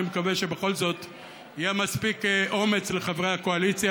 אני מקווה שבכל זאת יהיו מספיק אומץ לחברי הקואליציה